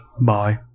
bye